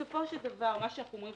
בסופו של דבר מה שאנחנו אומרים,